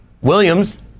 Williams